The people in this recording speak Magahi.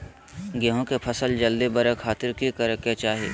गेहूं के फसल जल्दी बड़े खातिर की करे के चाही?